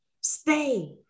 Stay